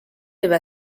deve